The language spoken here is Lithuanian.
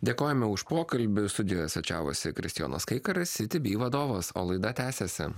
dėkojame už pokalbį studijoje svečiavosi kristijonas kaikaris city bee vadovas o laida tęsiasi